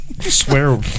swear